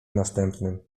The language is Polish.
następnym